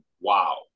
wow